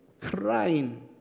crying